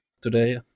today